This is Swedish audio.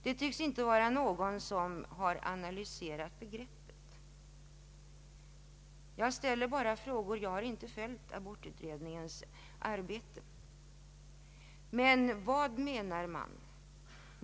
Det tycks inte finnas någon som har analyserat begreppet. Jag ställer bara frågan — jag har inte följt abortutredningens arbete. Men vad menar man?